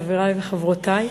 חברי וחברותי,